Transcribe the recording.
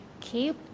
keep